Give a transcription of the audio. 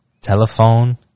Telephone